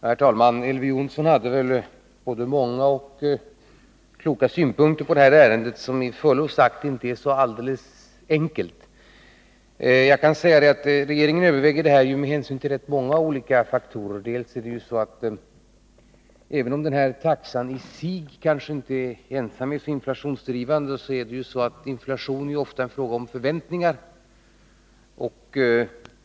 Herr talman! Elver Jonsson hade både många och kloka synpunkter på detta ärende, som med förlov sagt inte är så enkelt. När regeringen överväger denna fråga har den att ta hänsyn till många olika faktorer. Posttaxan i sig är visserligen inte ensam inflationsdrivande, men inflation är ju ofta en fråga om förväntningar.